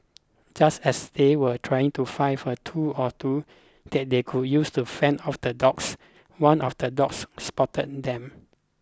just as they were trying to find a tool or two that they could use to fend off the dogs one of the dogs spotted them